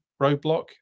Roadblock